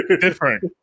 different